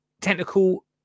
technical